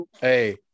hey